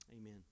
amen